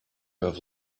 have